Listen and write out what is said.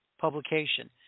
publication